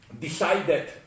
decided